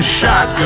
shot